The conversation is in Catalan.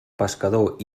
pescador